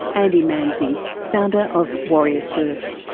andy manzi, founder of warrior surf.